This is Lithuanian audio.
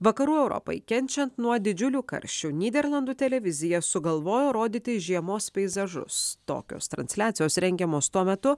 vakarų europai kenčiant nuo didžiulių karščių nyderlandų televizija sugalvojo rodyti žiemos peizažus tokios transliacijos rengiamos tuo metu